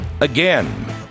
again